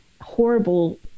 horrible